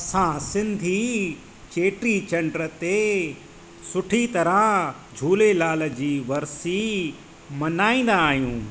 असां सिंधी चेटीचंड ते सुठी तरह झूलेलाल जी वर्सी मनाईंदा आहियूं